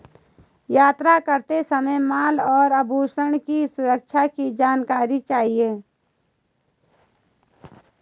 यात्रा करते समय माल और आभूषणों की सुरक्षा की जानी चाहिए